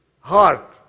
heart